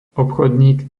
obchodník